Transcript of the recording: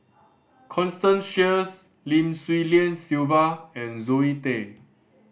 Constance Sheares Lim Swee Lian Sylvia and Zoe Tay